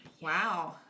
wow